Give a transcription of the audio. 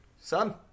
son